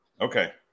okay